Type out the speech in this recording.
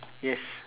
yes